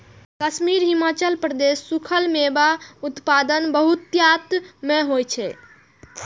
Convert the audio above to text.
कश्मीर, हिमाचल प्रदेश मे सूखल मेवा के उत्पादन बहुतायत मे होइ छै